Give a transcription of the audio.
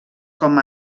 com